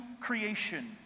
creation